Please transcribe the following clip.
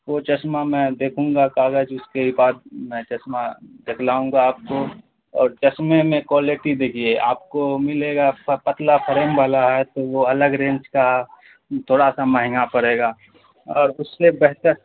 وہ چشمہ میں دیکھوں گا کاغج اس کے بعد میں چشمہ دکھلاؤں گا آپ کو اور چشمے میں کوالٹی دیکھیے آپ کو ملے گا تھورا پتلہ فریم والا ہے تو وہ الگ رینج کا تھورا سا مہنگا پرے گا اور اس سے بہتر